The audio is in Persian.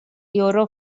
یورو